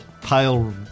pale